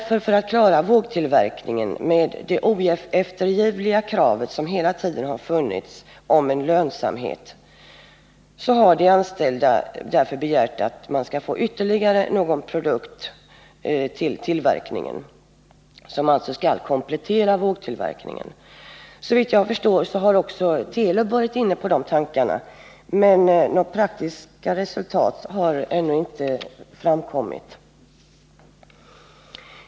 För att klara vågtillverkningen med det oeftergivliga kravet om lönsamhet, som hela tiden har funnits, har de anställda därför begärt att ytterligare någon produkt skall tillföras tillverkningen — som alltså skall komplettera vågtillverkningen. Såvitt jag förstår har också Telub varit inne på de tankarna, men några praktiska resultat har ännu inte framkommit.